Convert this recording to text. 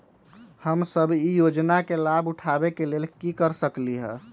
हम सब ई योजना के लाभ उठावे के लेल की कर सकलि ह?